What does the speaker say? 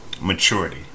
maturity